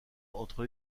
entre